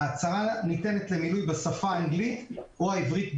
ההצהרה ניתנת למילוי בשפה האנגלית או העברית בלבד.